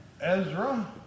Ezra